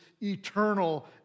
eternal